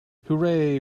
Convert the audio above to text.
hooray